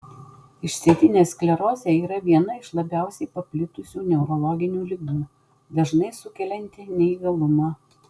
išsėtinė sklerozė yra viena iš labiausiai paplitusių neurologinių ligų dažnai sukelianti neįgalumą